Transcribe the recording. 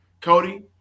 Cody